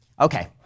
Okay